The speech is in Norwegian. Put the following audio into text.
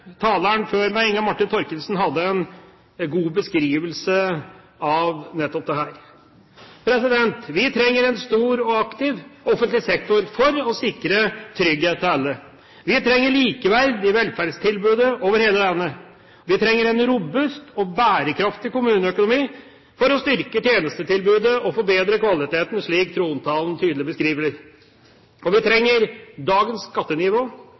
taleren før meg, Inga Marte Thorkildsen, hadde en god beskrivelse av nettopp dette. Vi trenger en stor og aktiv offentlig sektor for å sikre trygghet til alle. Vi trenger likeverd i velferdstilbudet over hele landet. Vi trenger en robust og bærekraftig kommuneøkonomi for å styrke tjenestetilbudet og forbedre kvaliteten, slik trontalen tydelig beskriver. Vi trenger dagens skattenivå,